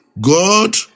God